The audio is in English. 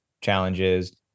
challenges